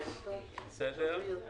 גם הומלצה לשנה אחת בלבד.